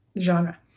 genre